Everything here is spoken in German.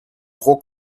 pro